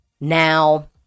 Now